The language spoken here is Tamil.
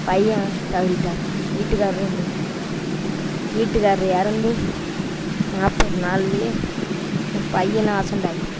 பையன் தவறிட்டாருங்க வீட்டுக்காரரும் இல்லைங்க வீட்டுக்கார் இறந்து நாற்பது நாள்லேயே என் பையனும் ஆக்ஸிடெண்ட் ஆகிட்டான்